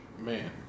man